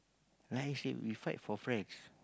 like I said we fight for friends